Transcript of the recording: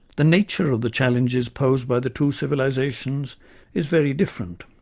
the nature of the challenges posed by the two civilisations is very different.